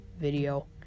video